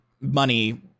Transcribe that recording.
money